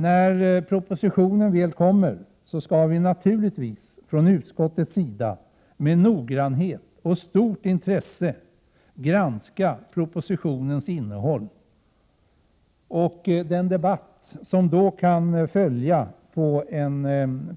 När propositionen väl kommer skall vi från utskottets sida naturligtvis med noggrannhet och stort intresse granska propositionens innehåll. Den debatt som följer på